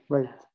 Right